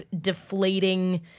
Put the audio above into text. deflating